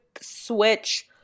switch